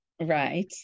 Right